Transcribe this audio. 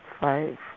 five